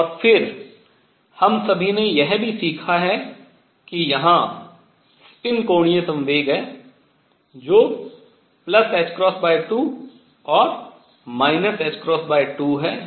और फिर हम सभी ने यह भी सीखा है कि यहाँ स्पिन कोणीय संवेग है जो 2 और 2 है